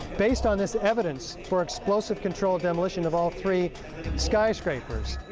based on this evidence for explosive controlled demolition of all three skyscrapers.